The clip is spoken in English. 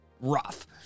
rough